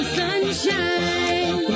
sunshine